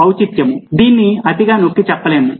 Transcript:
ఔచిత్యం దీన్ని అతిగా నొక్కి చెప్పలేము